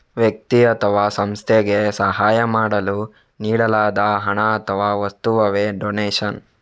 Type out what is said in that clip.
ವ್ಯಕ್ತಿ ಅಥವಾ ಸಂಸ್ಥೆಗೆ ಸಹಾಯ ಮಾಡಲು ನೀಡಲಾದ ಹಣ ಅಥವಾ ವಸ್ತುವವೇ ಡೊನೇಷನ್